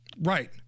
Right